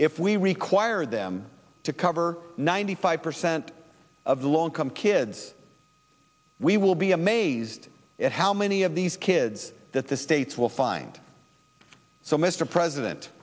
if we require them to cover ninety five percent of low income kids we will be amazed at how many of these kids that the states will find so mr president